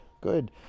good